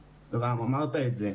רם, אמרת את זה,